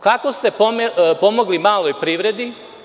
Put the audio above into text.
Kako ste pomogli maloj privredi?